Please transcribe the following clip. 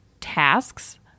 tasks